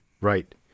Right